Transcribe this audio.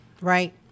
right